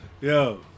Yo